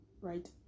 right